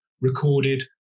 recorded